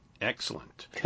excellent